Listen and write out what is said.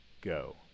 Go